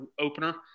opener